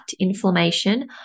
inflammation